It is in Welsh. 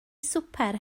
swper